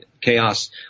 chaos